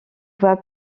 voie